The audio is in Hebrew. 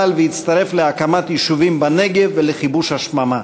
והצטרף להקמת יישובים בנגב ולכיבוש השממה.